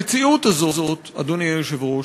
המציאות הזאת, אדוני היושב-ראש,